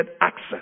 access